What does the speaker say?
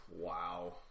Wow